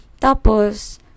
tapos